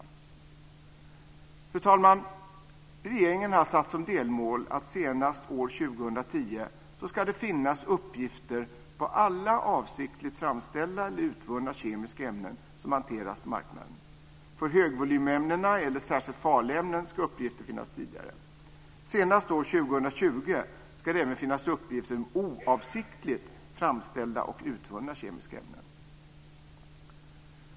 Fru talman! Regeringen har satt som delmål att senast år 2010 ska det finnas uppgifter på alla avsiktligt framställda eller utvunna kemiska ämnen som hanteras på marknaden. För högvolymämnen eller särskilt farliga ämnen ska uppgifter finnas tidigare. Senast år 2020 ska det även finnas uppgifter om oavsiktligt framställda och utvunna kemiska ämnen.